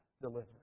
delivered